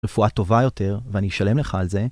‫רפואה טובה יותר, ואני אשלם לך על זה.